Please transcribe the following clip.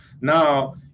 Now